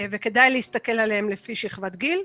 וכדאי להסתכל עליהם לפי שכבת גיל.